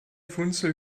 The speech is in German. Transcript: funzel